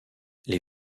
les